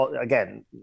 again